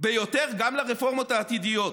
ביותר גם לרפורמות עתידיות.